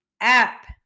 app